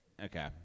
Okay